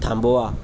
थांबवा